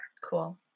cool